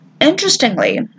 Interestingly